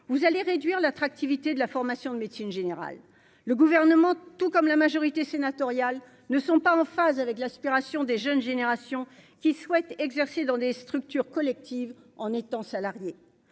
vous allez réduire l'attractivité de la formation de médecine générale, le gouvernement, tout comme la majorité sénatoriale ne sont pas en phase avec l'aspiration des jeunes générations qui souhaitent exercer dans des structures collectives en étant salarié